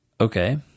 Okay